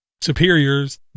superiors